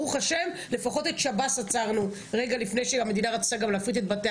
ברוך השם לפחות את שב"ס עצרנו רגע לפני שהמדינה רצתה גם להפריט את בתי